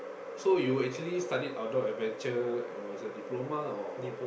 so you actually studied Outdoor Adventure it was a diploma or